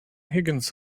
higgins